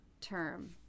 term